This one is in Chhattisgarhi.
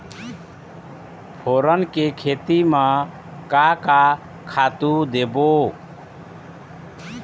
फोरन के खेती म का का खातू देबो?